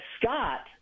Scott